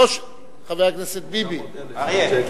לרשותך